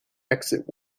exit